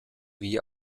wie